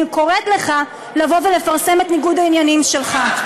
אני קוראת לך לבוא ולפרסם את ניגוד העניינים שלך.